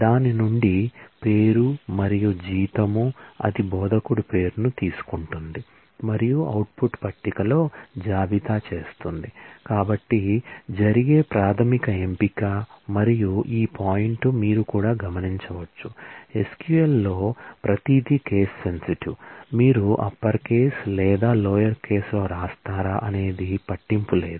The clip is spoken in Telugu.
దాని నుండి పేరు మరియు జీతం అది బోధకుడి పేరును తీసుకుంటుంది మరియు అవుట్పుట్ లో వ్రాస్తారా అనేది పట్టింపు లేదు